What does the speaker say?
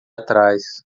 atrás